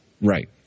Right